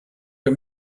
wir